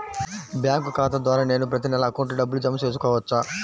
Bank ఖాతా ద్వారా నేను ప్రతి నెల అకౌంట్లో డబ్బులు జమ చేసుకోవచ్చా?